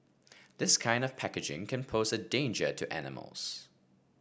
this kind of packaging can pose a danger to animals